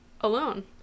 alone